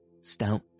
stout